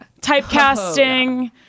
typecasting